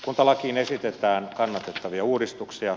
kuntalakiin esitetään kannatettavia uudistuksia